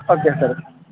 okay sir